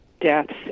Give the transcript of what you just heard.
deaths